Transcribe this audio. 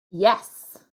yes